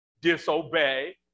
disobey